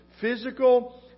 physical